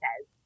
says